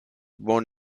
born